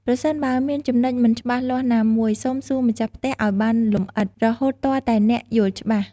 ប្រសិនបើមានចំណុចមិនច្បាស់លាស់ណាមួយ សូមសួរម្ចាស់ផ្ទះឱ្យបានលម្អិត រហូតទាល់តែអ្នកយល់ច្បាស់។